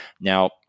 Now